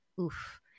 Oof